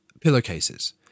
pillowcases